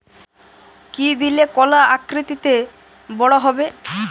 কি দিলে কলা আকৃতিতে বড় হবে?